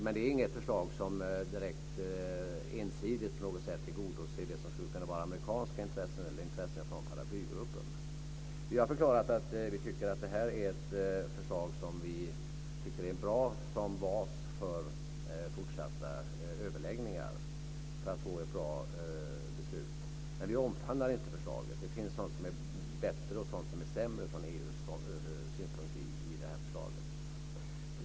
Men det är inget förslag om direkt ensidigt på något sätt tillgodoser det som skulle kunna vara amerikanska intressen eller intressen från paraplygrupper. Vi har förklarat att vi tycker att det här är ett bra förslag som bas för fortsatta överläggningar för att få ett bra beslut. Men vi omförhandlar inte förslaget. Det finns sådant som är bättre och sådant som är sämre från EU:s synpunkt i förslaget.